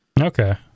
Okay